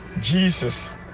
Jesus